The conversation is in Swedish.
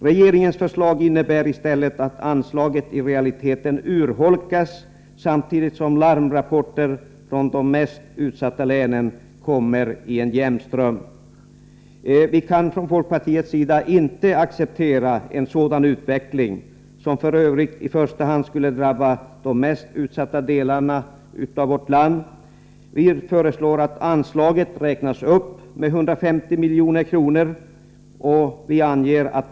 Regeringens förslag innebär i stället att anslaget i realiteten urholkas, samtidigt som larmrapporter från de mest utsatta länen kommer i en jämn ström. Folkpartiet kan inte acceptera en sådan utveckling, som i första hand drabbar de mest utsatta delarna av landet. Vi föreslår att anslaget räknas upp med 150 milj.kr.